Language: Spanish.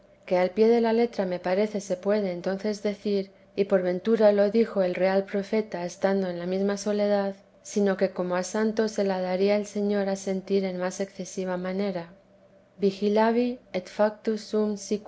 que al pie de la letra me parece se puede entonces decir y por ventura lo dijo el real profeta estando en la mesma soledad sino que como a santo se la daría el señor a sentir en más excesiva manera vigilavi